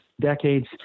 decades